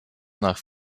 nach